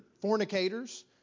fornicators